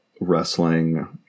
wrestling